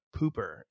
pooper